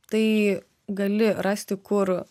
tai gali rasti kur